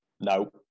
No